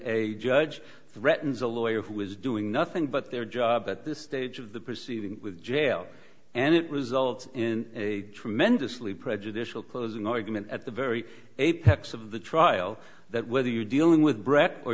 a judge threatens a lawyer who is doing nothing but their job at this stage of the proceedings with jail and it results in a tremendously prejudicial closing argument at the very apex of the trial that whether you're dealing with brett or